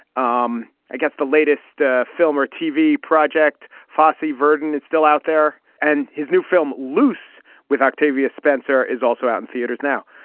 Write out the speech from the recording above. um i guess the latest ah film or tv project fossey verden is still out there and his new film loose with octavia spencer is also out in theaters now.